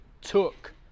took